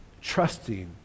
trusting